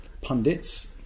pundits